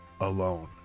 alone